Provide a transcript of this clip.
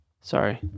Sorry